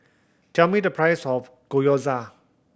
tell me the price of Gyoza